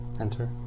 Enter